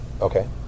Okay